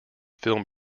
film